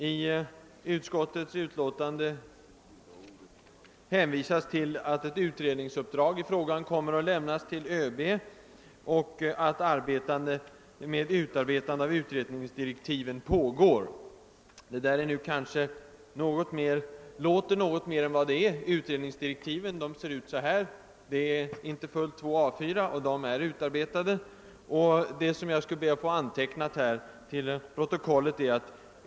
I utskottets utlåtande hänvisas till att ett utredningsuppdrag i frågan kommer att lämnas till ÖB och att ett utarbetande av utredningsdirektiven pågår. Detta låter kanske något mer än det är. Utredningsdirektiven finns utarbetade och utgör två inte helt fullskrivna A 4 ark.